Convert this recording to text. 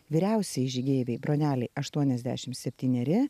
vyriausiai žygeivei bronelei aštuoniasdešimt septyneri